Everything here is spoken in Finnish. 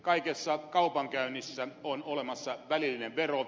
kaikessa kaupankäynnissä on olemassa välillinen vero